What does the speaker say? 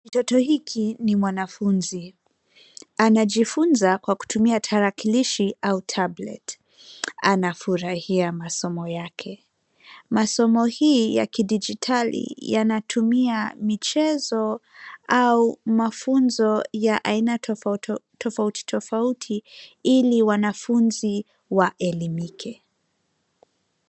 Kitoto hiki ni mwanafunzi. Anajifunza kwa kutumia tarakilishi au tablet . Anafurahia masomo yake. Masomo hii ya kidijitali yanatumia michezo au mafunzo ya aina tofauti tofauti ili wanafunzi waelimike.